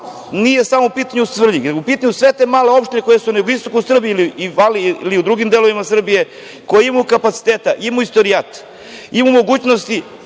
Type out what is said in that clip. nije u pitanju samo Svrljig, nego su u pitanju sve te male opštine koje su na jugoistoku Srbije ili u drugim delovima Srbije koji imaju kapacitet, imaju istorijat, imaju mogućnosti